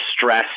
stress